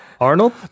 Arnold